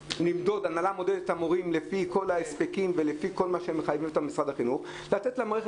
ההנהלה מודדת את המורים לפי כל ההספקים ולפי כל מה שמשרד החינוך מחייב.